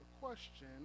question